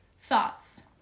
Thoughts